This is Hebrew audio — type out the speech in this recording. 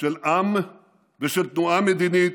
של עם ושל תנועה מדינית,